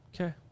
Okay